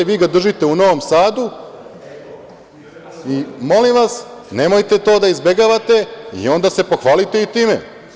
Vi ga držite u Novom Sadu i molim vas nemojte to da izbegavate i onda se pohvalite i time.